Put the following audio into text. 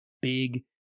big